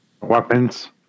Weapons